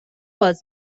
باز